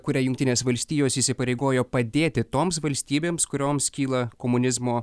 kuria jungtinės valstijos įsipareigojo padėti toms valstybėms kurioms kyla komunizmo